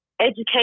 education